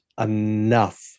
enough